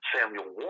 Samuel